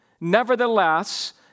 Nevertheless